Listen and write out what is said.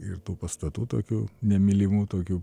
ir tų pastatų tokių nemylimų tokių